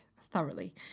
thoroughly